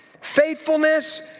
faithfulness